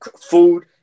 food